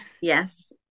Yes